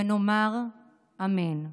ונאמר: אמן".